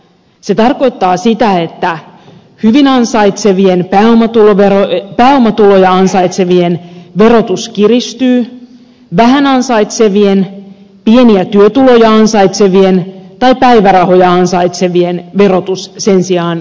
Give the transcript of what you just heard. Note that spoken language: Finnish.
se tarkoittaa sitä että hyvin ansaitsevien pääomatuloja ansaitsevien verotus kiristyy vähän ansaitsevien pieniä työtuloja ansaitsevien tai päivärahoja ansaitsevien verotus sen sijaan kevenee